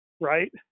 right